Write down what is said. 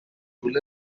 rural